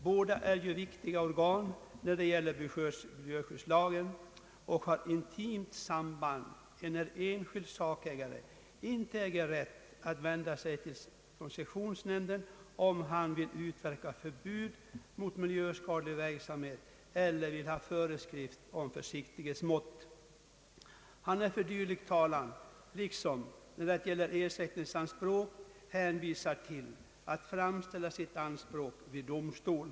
Båda är ju viktiga organ när det gäller miljöskyddslagen och har intimt samband, enär enskild sakägare inte äger rätt alt vända sig till koncessionsnämnden, om han vill utverka förbud mot miljöskadlig verksamhet eller vill ha föreskrift om försiktighetsmått. Han är för dylik talan liksom när det gäller ersättningsanspråk hänvisad till att framställa sitt anspråk vid domstol.